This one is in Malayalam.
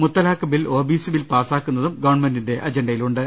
മുത്തലാഖ് bill O B C bill പാസ്സാക്കുന്നതും ഗവൺമെന്റിന്റെ അജണ്ടയിലുണ്ട്